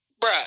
Bruh